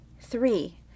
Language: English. Three